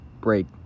break